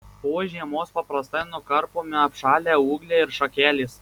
po žiemos paprastai nukarpomi apšalę ūgliai ir šakelės